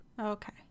okay